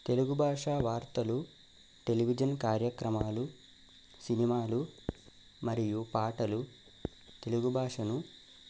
తెలుగు భాష వార్తలు టెలివిజన్ కార్యక్రమాలు సినిమాలు మరియు పాటలు తెలుగు భాషను